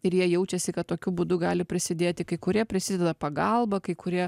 ir jie jaučiasi kad tokiu būdu gali prisidėti kai kurie prisideda pagalba kai kurie